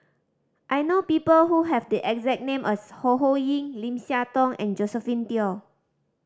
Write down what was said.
I know people who have the exact name as Ho Ho Ying Lim Siah Tong and Josephine Teo